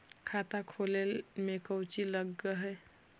खाता खोले में कौचि लग है?